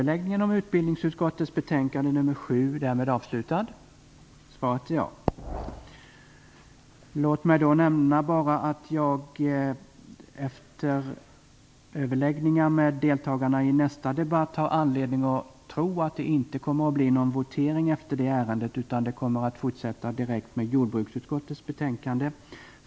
Låt mig då bara nämna att jag efter överläggningarna med deltagarna i nästa debatt har anledning att tro att det inte kommer att bli någon votering efter det ärendet utan debatten kommer att fortsätta direkt med jordbruksutskottets betänkande.